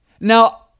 Now